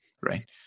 right